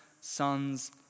son's